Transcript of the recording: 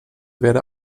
werde